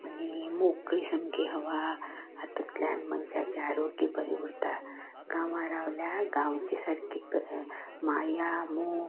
आनी मोकळी सामकी हवा हातूंतल्यान मागीर मनशाचें आरोग्य बरें उरता गांवां रावल्यार गांवच्या सारकी माया मोग